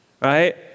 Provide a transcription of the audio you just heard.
Right